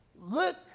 look